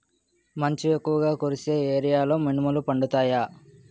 మంచు ఎక్కువుగా కురిసే ఏరియాలో మినుములు పండుతాయా?